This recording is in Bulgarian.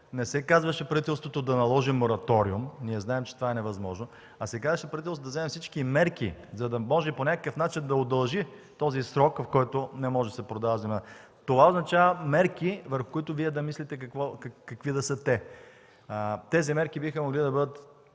не се казваше правителството да наложи мораториум – ние знаем, че това е невъзможно, а се казваше правителство да вземе всички мерки, за да може по някакъв начин да удължи този срок, в който не може да се продава земя. Това означава мерки, върху които Вие да мислите какви да са те. Тези мерки биха могли да бъдат